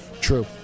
True